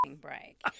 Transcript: Break